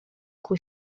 cui